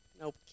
Nope